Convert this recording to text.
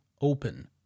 open